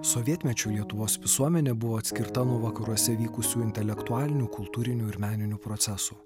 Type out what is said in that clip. sovietmečiu lietuvos visuomenė buvo atskirta nuo vakaruose vykusių intelektualinių kultūrinių ir meninių procesų